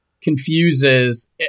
confuses